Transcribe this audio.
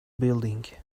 building